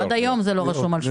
עד היום זה לא רשום על שמו.